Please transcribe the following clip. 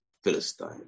Philistine